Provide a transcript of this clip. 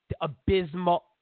abysmal